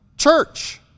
church